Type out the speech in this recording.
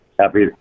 happy